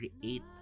create